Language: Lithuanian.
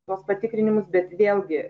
tuos patikrinimus bet vėlgi